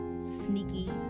sneaky